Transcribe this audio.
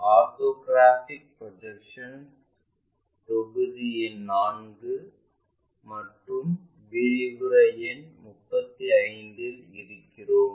orthographic ப்ரொஜெக்ஷன்ல் தொகுதி எண் 4 மற்றும் விரிவுரை எண் 35 இல் இருக்கிறோம்